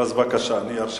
אני אומר רק מלה אחת.